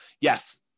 yes